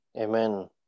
Amen